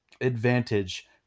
advantage